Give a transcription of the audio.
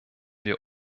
wir